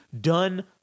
done